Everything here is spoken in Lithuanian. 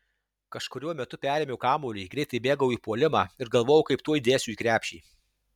kažkuriuo metu perėmiau kamuolį greitai bėgau į puolimą ir galvojau kaip tuoj dėsiu į krepšį